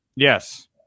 Yes